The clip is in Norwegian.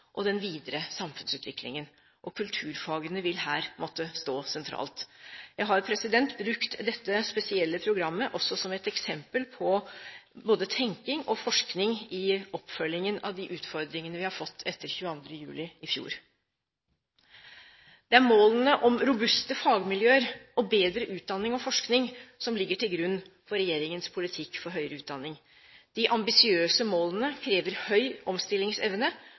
og den videre samfunnsutviklingen. Kulturfagene vil her måtte stå sentralt. Jeg har brukt dette spesielle programmet også som et eksempel på både tenkning og forskning i oppfølgingen av de utfordringene vi har fått etter den 22. juli i fjor. Det er målene om robuste fagmiljøer og bedre utdanning og forskning som ligger til grunn for regjeringens politikk for høyere utdanning. De ambisiøse målene krever høy omstillingsevne